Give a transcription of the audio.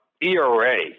ERA